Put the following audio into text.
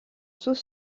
sous